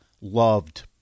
Loved